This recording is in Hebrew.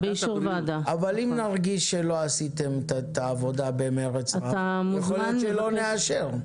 אם נרגיש שלא עשיתם את העבודה במרץ רב יכול להיות שלא נאשר.